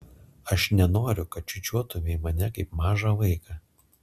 aš nenoriu kad čiūčiuotumei mane kaip mažą vaiką